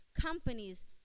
companies